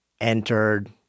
entered